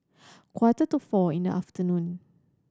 quarter to four in the afternoon